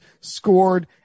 scored